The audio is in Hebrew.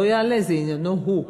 לא יעלה, זה עניינו שלו.